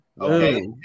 Okay